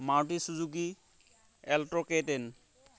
Maruti Suzuki Alto K ten